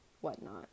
whatnot